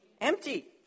empty